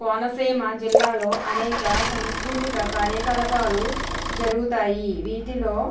కోనసీమ జిల్లాలో అనేక సంస్కృతిక కార్యకలాపాలు జరుగుతాయి వీటిలో